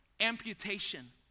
amputation